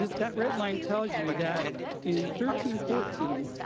that red line tells you that in thirteen fourteen,